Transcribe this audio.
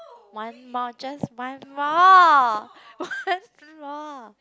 one more just one more one more